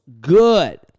good